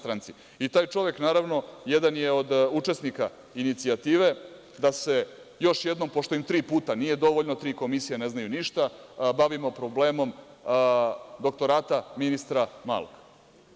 Taj čovek, naravno, jedan je od učesnika inicijative da se još jednom, pošto im tri puta nije dovoljno, tri komisije ne znaju ništa, bavimo problemom doktorata ministra Malog.